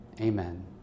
amen